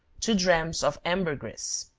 two drachms of ambergris.